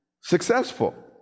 successful